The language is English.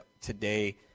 today